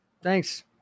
Thanks